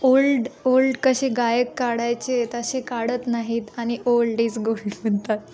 old old कसे गायक काढायचे तसे काढत नाहीत आणि ओल्ड इज गोल्ड म्हणतात